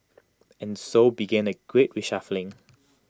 and so began A great reshuffling